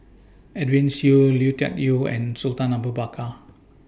Edwin Siew Lui Tuck Yew and Sultan Abu Bakar